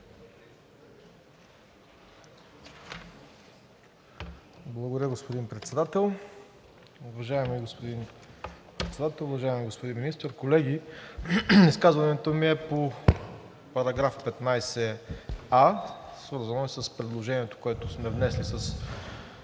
Благодаря, господин Председател. Уважаеми господин Председател, уважаеми господин Министър, колеги! Изказването ми е по § 15а и е свързано с предложението, което сме внесли с